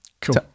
Cool